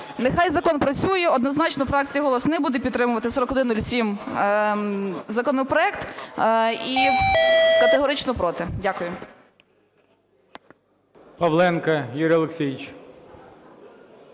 нехай закон працює. Однозначно, фракція "Голос" не буде підтримувати 4107 законопроект і категорично проти. Дякую.